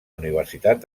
universitat